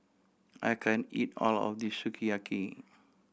I can't eat all of this Sukiyaki